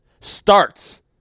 starts